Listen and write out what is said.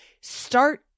start